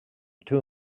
two